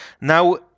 Now